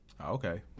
Okay